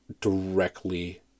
directly